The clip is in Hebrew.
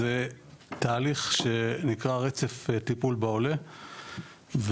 זה תהליך שנקרא רצף טיפול בעולה ובערך